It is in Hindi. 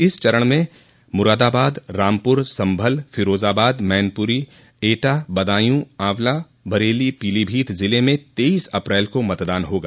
इस चरण में मुरादाबाद रामपुर सम्भल फिरोजाबाद मैनपुरी एटा बदायू आंवला बरेली पीलीभीत जिले में तेईस े अप्रैल को मतदान होगा